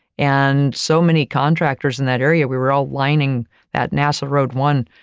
and so many contractors in that area. we were all lining that nasa road one,